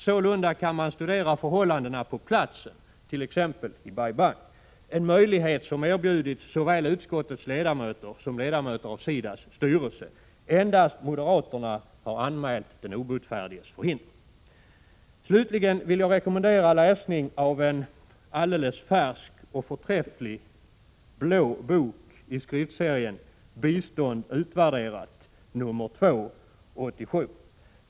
Sålunda kan man studera förhållandena på platsen, t.ex. i Bai Bang, en möjlighet som erbjudits såväl utskottets ledamöter som ledamöter av SIDA:s styrelse. Endast moderaterna har anmält den obotfärdiges förhinder. Slutligen vill jag rekommendera läsning av en alldeles färsk och förträfflig blå bok i skriftserien Bistånd utvärderat: nr 2-87.